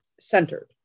centered